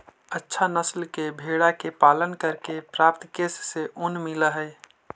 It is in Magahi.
अच्छा नस्ल के भेडा के पालन करके प्राप्त केश से ऊन मिलऽ हई